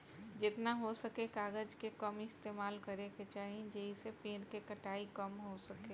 जेतना हो सके कागज के कम इस्तेमाल करे के चाही, जेइसे पेड़ के कटाई कम हो सके